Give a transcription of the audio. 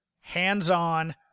Hands-on